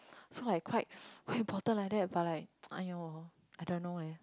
so I quite quite important like that but like !aiyo! I don't know leh